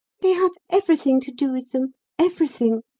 they have everything to do with them everything.